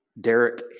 Derek